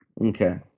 okay